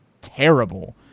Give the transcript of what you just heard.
terrible